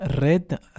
red